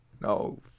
no